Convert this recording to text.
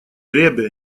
ребе